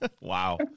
wow